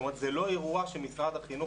כלומר, זה לא אירוע שמשרד החינוך